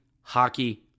hockey